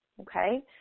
okay